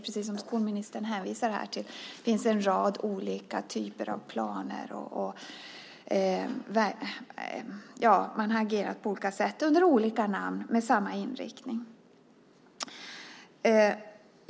Precis som skolministern säger finns det en rad olika typer av planer och tillvägagångssätt under olika namn men med samma inriktning.